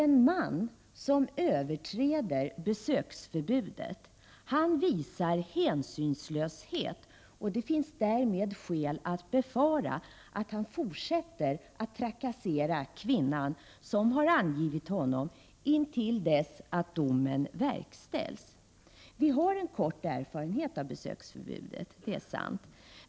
En man som överträder ett besöksförbud visar hänsynslöshet, och det finns skäl att befara att han fortsätter att trakassera kvinnan som har angivit honom intill dess att domen verkställs. Det är sant att vi har kort erfarenhet av besöksförbudet.